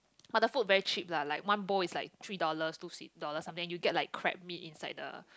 but the food very cheap lah like one bowl is like three dollars two three dollars something like that you get like crab meat inside the